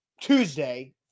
Tuesday